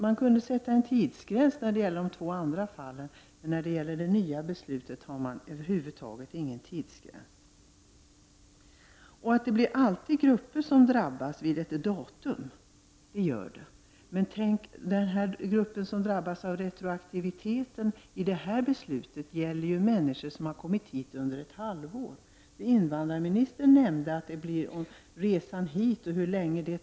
Man kunde sätta en tidsgräns i de två första besluten, men i det nya beslutet hade man över huvud taget ingen tidsgräns. Det blir alltid någon grupp som drabbas när man sätter ett datum. Retroaktiviteten enligt det senaste beslutet gäller människor som kommit hit under ett halvår. Invandrarministern talade om hur svårt det är att bedöma hur lång tid resan tar för människor som är på väg hit.